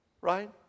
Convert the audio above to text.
Right